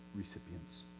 recipients